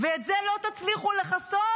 ואת זה לא תצליחו לכסות